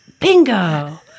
bingo